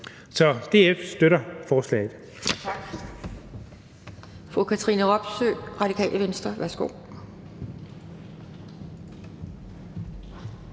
Så DF støtter forslaget.